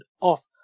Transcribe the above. off